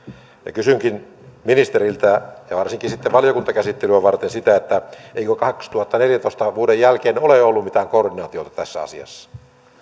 kysynkin ministeriltä ja varsinkin valiokuntakäsittelyä varten eikö vuoden kaksituhattaneljätoista jälkeen ole ollut mitään koordinaatiota tässä asiassa